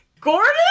Gordon